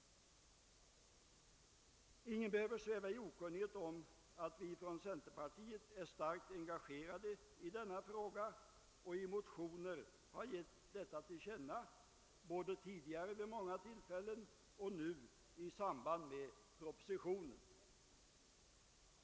Ingen behöver sväva i okunnighet om att vi inom centerpartiet är starkt engagerade i denna fråga. Vi har i motioner givit detta till känna både tidigare vid många tillfällen och nu i samband med propositionen.